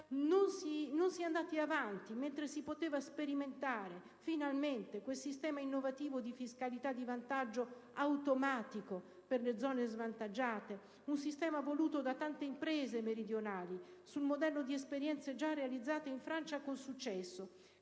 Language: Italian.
non si è andati avanti, mentre si poteva finalmente sperimentare quel sistema innovativo di fiscalità di vantaggio automatico per le zone svantaggiate, fortemente voluto da tante imprese meridionali, sul modello di esperienze già realizzate in Francia con successo,